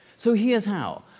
so here's how.